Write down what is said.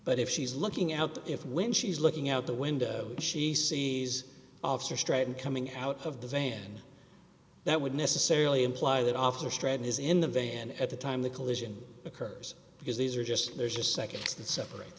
but if she's looking out if when she's looking out the window she sees officer straight and coming out of the van that would necessarily imply that officer stratton is in the van at the time the collision occurs because these are just there's just seconds that separate